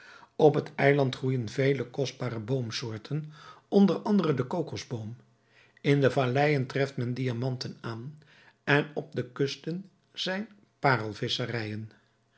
op het eiland groeijen vele kostbare boomsoorten onder andere de kokosboom in de valleijen treft men diamanten aan en op de kusten zijn parelvisscherijen